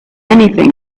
anything